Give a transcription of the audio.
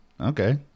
Okay